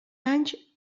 anys